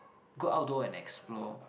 go outdoor and explore